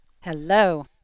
Hello